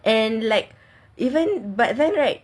and like even but then right